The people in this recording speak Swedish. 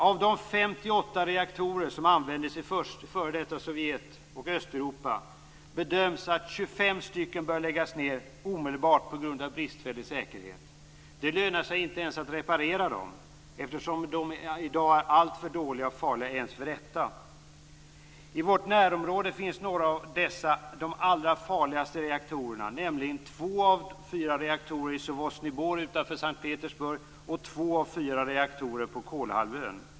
Av de 58 reaktorer som användes i f.d. Sovjet och i Östeuropa bedöms att 25 stycken bör läggas ned omedelbart på grund av bristfällig säkerhet. Det lönar sig inte ens att reparera dem, eftersom de i dag är alltför dåliga och farliga t.o.m. för detta. I vårt närområde finns några av de allra farligaste reaktorerna, nämligen två av fyra reaktorer i Sosnovyj Bor utanför S:t Petersburg och två av fyra reaktorer på Kolahalvön.